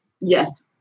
Yes